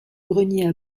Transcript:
greniers